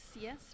yes